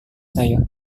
saya